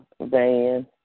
Van